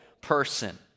person